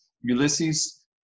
Ulysses